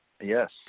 yes